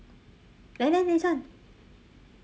there there this one